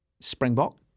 Springbok